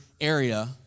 area